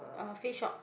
uh Face-Shop